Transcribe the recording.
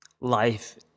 life